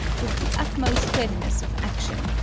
with the utmost readiness of action,